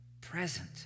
present